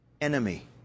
enemy